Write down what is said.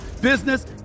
business